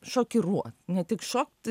šokiruot ne tik šokt